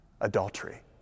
adultery